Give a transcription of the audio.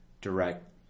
direct